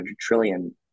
trillion